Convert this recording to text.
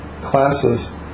classes